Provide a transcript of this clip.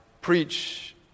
preach